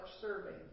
serving